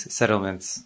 settlements